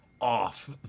off